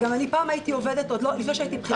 ולפני שהייתי עובדת בכירה גם עבדתי.